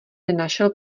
nenašel